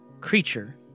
creature